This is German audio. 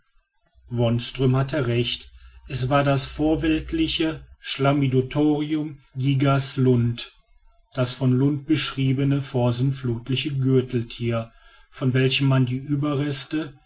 wonström hatte recht es war das vorweltliche chlamydothorium gigas lund das von lund beschriebene vorsintflutliche gürteltier von welchem man die überreste